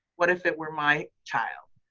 what if it were my child?